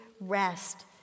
rest